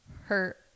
hurt